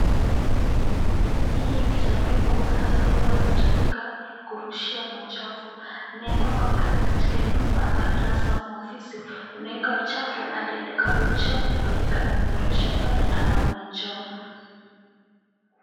Hii sanduku hasa huwa inatumika kurushia machafu. Inawekangwa pale katika nyumba, ama darasa, ama maofisi. Unaweka uchafu hadi itakapo jaa unairusha pale ama unaichoma.